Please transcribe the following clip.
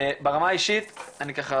ברמה אישית אני ככה